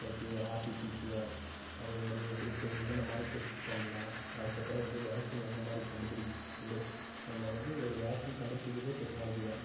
like RTPCR அதே மாரி எப்படி டெ என்னென்ன மாதிரி டெஸ்ட் பண்ணலாம் அதற்கப்பறம் வந்து வேக்ஸின் எந்த மாரி கண்டுப்பிடிக் கண்டு நம்ம வந்து ஒரு வேக்ஸின் கண்டுப்பிடிக்கிறதே டெக்னாலஜி தான்